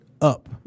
Up